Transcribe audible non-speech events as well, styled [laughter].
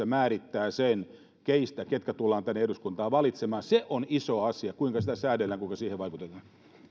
[unintelligible] määrittävät sen ketkä tullaan tänne eduskuntaan valitsemaan se on iso asia kuinka sitä säädellään ja kuinka siihen vaikutetaan